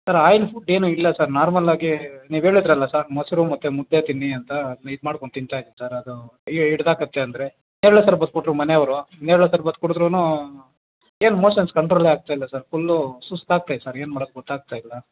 sir oil food ಏನೂ ಇಲ್ಲ sir ನಾರ್ಮಲ್ಲಾಗೇ ನೀವು ಹೇಳದ್ರಲ್ಲ ಸರ್ ಮೊಸರು ಮತ್ತು ಮುದ್ದೆ ತಿನ್ನಿ ಅಂತ ಅದನ್ನ ಇದು ಇದ್ ಮಾಡ್ಕೊಂಡ್ ತಿಂತಾ ಇದೀನಿ ಸರ್ ಅದೂ ಹಿಡ್ದಾಕತ್ತೆ ಅಂದರೆ ನೇರಳೆ ಶರ್ಬತ್ ಕೊಟ್ಟರು ಮನೆಯವರು ನೇರಳೆ ಶರ್ಬತ್ ಕುಡ್ದ್ರೂ ಏನೂ ಮೋಷನ್ಸ್ ಕಂಟ್ರೋಲೇ ಆಗ್ತಾ ಇಲ್ಲ ಸರ್ ಫುಲ್ಲೂ ಸುಸ್ತು ಆಗ್ತಾ ಇದೆ ಸರ್ ಏನು ಮಾಡೋದ್ ಗೊತ್ತಾಗ್ತಾ ಇಲ್ಲ